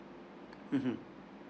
mmhmm